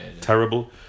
terrible